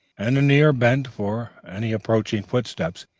and an ear bent for any approaching footstep,